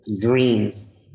dreams